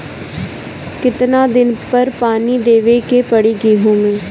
कितना दिन पर पानी देवे के पड़ी गहु में?